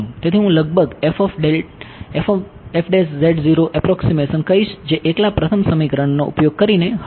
તેથી હું લગભગ એપ્રોક્સીમેશન કહીશ જે એકલા પ્રથમ સમીકરણનો ઉપયોગ કરીને હશે